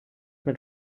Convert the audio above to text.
mit